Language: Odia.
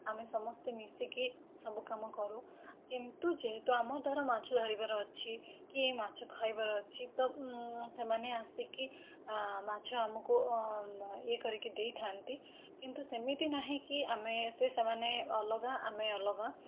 ଆମେ ସମସ୍ତେ ମିଶିକି ସବୁ କାମ କରୁ କିନ୍ତୁ ଯେହେତୁ ଆମ ଧର ମାଛ ଧରିବାର ଅଛି କି ମାଛ ଖାଇବାର ଅଛି ତ ସେମାନେ ଆସିକି ମାଛ ଆମକୁ ଇଏ କରିକି ଦେଇଥାନ୍ତି କିନ୍ତୁ ସେମିତି ନାହିଁ କି ଆମେ ସେ ସେମାନେ ଅଲଗା ଆମେ ଅଲଗା